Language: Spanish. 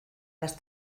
las